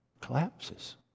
collapses